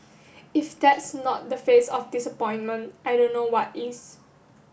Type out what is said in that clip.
if that's not the face of disappointment I don't know what is